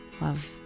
Love